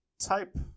type